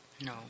No